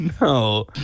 No